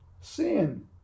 sin